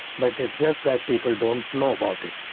but it's just that people don't know about it,